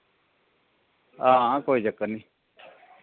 हां कोई चक्कर नि